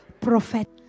prophet